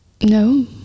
No